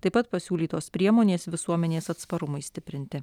taip pat pasiūlytos priemonės visuomenės atsparumui stiprinti